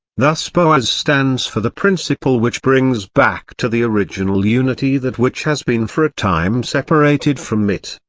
thus boaz stands for the principle which brings back to the original unity that which has been for a time separated from it.